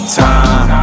time